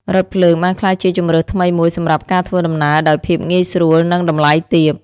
រថភ្លើងបានក្លាយជាជម្រើសថ្មីមួយសម្រាប់ការធ្វើដំណើរដោយភាពងាយស្រួលនិងតម្លៃទាប។